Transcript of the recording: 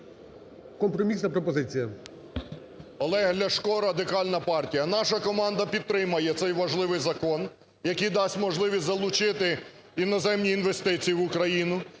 Компромісна пропозиція. 13:04:53 ЛЯШКО О.В. Олег Ляшко, Радикальна партія. Наша команда підтримає цей важливий закон, який дасть можливість залучити іноземні інвестиції в Україну.